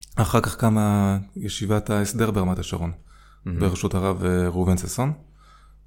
אחר כך קמה ישיבת ההסדר ברמת השרון בראשות הרב ראובן ששון.